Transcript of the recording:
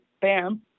bam